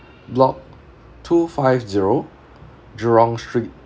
block two five zero Jurong street